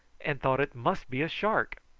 and thought it must be a shark.